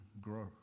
grow